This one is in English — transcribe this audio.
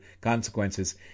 Consequences